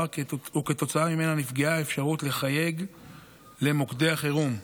וכתוצאה ממנה נפגעה האפשרות לחייג למוקדי החירום.